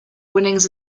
winnings